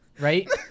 Right